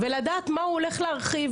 ולדעת מה הוא הולך להרחיב.